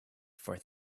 for